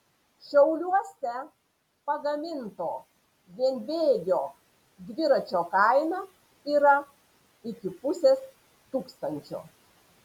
šiauliuose pagaminto vienbėgio dviračio kaina yra iki pusės tūkstančio